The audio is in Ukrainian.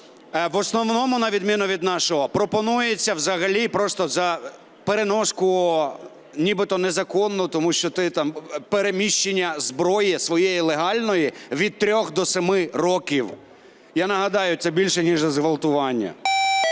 В основному, на відміну від нашого, пропонується взагалі просто за переноску, нібито незаконну, тому що ти там переміщення зброї, своєї легальної, від трьох до семи років. Я нагадаю, це більше, ніж за зґвалтування,